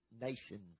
nation